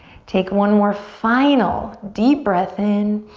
take one more final deep breath in.